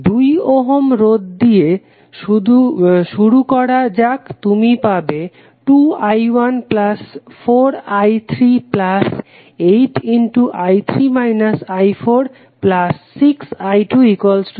2 ohm রোধ দিয়ে শুরু করা যাক তুমি পাবে 2i14i386i20